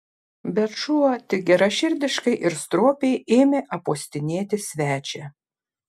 bet šuo tik geraširdiškai ir stropiai ėmė apuostinėti svečią